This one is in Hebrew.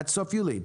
עד סוף יולי,